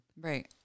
Right